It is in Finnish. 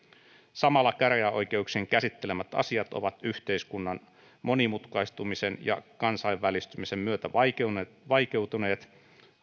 samalla käräjäoikeuksien käsittelemät asiat ovat yhteiskunnan monimutkaistumisen ja kansainvälistymisen myötä vaikeutuneet vaikeutuneet